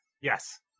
Yes